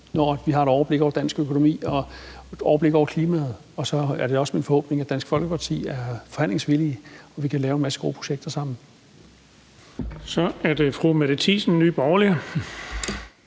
når vi har et overblik over dansk økonomi og et overblik over klimaet. Og så er det også min forhåbning, at Dansk Folkeparti er forhandlingsvillige, og at vi kan lave en masse gode projekter sammen. Kl. 20:37 Den fg. formand (Erling